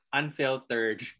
unfiltered